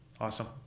Awesome